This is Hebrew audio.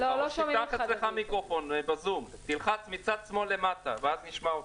תפתח מיקרופון בזום ואז נשמע אותך.